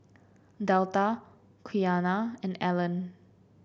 Delta Quiana and Allen